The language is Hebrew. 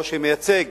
או מייצג